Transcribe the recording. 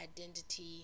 identity